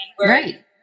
Right